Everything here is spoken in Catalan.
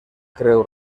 creu